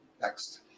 next